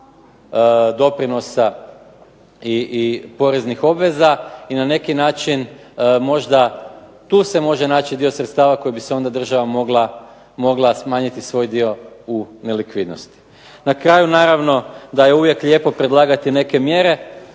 doprinosa i poreznih obveza i na neki način možda tu se može naći dio sredstava kojim bi se onda država mogla smanjiti svoj dio u nelikvidnosti. Na kraju naravno da je uvijek lijepo predlagati neke mjere